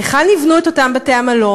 היכן יבנו את אותם בתי-המלון?